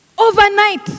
Overnight